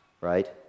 Right